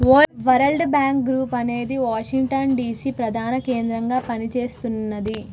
world Bank Group అనేది Washington DC ప్రధాన కేంద్రంగా పనిచేస్తున్నది